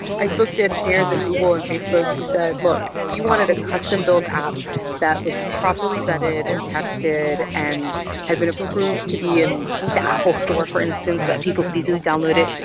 i spoke to engineers at google and facebook who said, look, you wanted a custom built app that was properly vetted and tested and had been approved to be in the the apple store, for instance, that people could easily download it.